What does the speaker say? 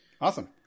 Awesome